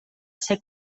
ser